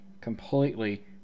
completely